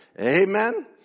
Amen